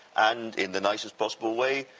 and, in the nicest possible way,